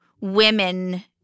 women